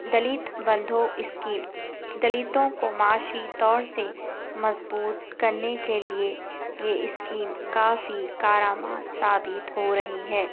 Dalit Bandhu scheme دلتوں کو معاشی طور سے مضبوط کرنے کے لئے یہ اسکیم کافی کارآمد ثابت ہو رہی ہے